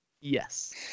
Yes